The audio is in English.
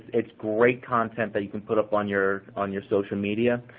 it's great content that you can put up on your on your social media.